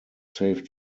saved